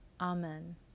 Amen